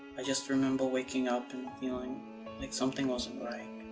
i just remember waking up and feeling like something wasn't right.